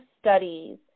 studies